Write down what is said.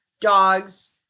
dogs